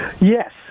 Yes